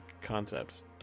concepts